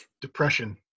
Depression